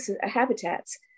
habitats